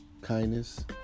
kindness